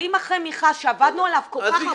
אבל אם אחרי מכרז שעבדנו עליו כל כך הרבה חודשים --- אז